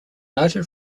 noted